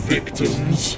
Victims